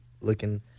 looking